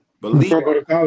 Believe